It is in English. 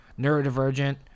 neurodivergent